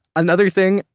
another thing,